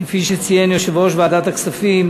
כפי שציין יושב-ראש ועדת הכספים,